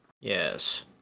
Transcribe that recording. Yes